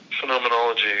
phenomenology